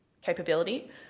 capability